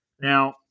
Now